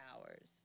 hours